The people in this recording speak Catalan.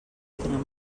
tenen